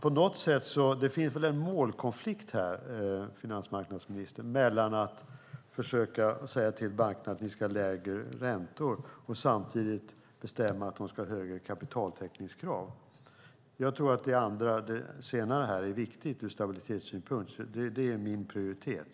På något sätt finns det väl en målkonflikt här, finansmarknadsministern? Å ena sidan säger man åt bankerna att de ska ha lägre räntor. Å andra sidan bestämmer man att de ska ha högre kapitaltäckningskrav. Jag tror att det senare är viktigt ur stabilitetssynpunkt, så det är min prioritet.